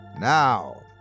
Now